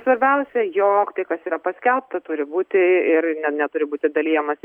svarbiausia jog tai kas yra paskelbta turi būti ir ne neturi būti dalijama